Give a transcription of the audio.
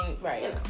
right